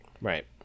Right